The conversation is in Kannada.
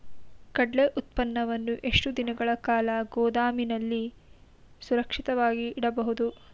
ಕಡ್ಲೆ ಉತ್ಪನ್ನವನ್ನು ಎಷ್ಟು ದಿನಗಳ ಕಾಲ ಗೋದಾಮಿನಲ್ಲಿ ಸುರಕ್ಷಿತವಾಗಿ ಇಡಬಹುದು?